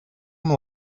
amb